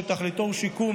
שתכליתו הוא שיקום,